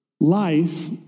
Life